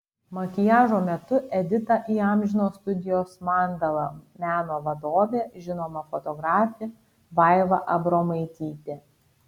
makiažo metu editą įamžino studijos mandala meno vadovė žinoma fotografė vaiva abromaitytė